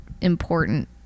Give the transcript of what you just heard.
important